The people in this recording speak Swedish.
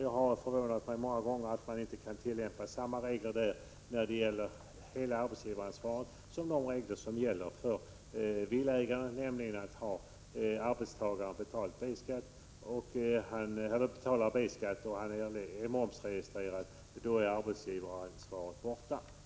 Det har förvånat mig många gånger att man inte kan tillämpa samma regler som gäller för villaägare, nämligen att om arbetstagaren betalar B-skatt och är momsregistrerad är arbetsgivaransvaret borta.